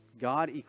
God